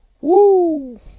woo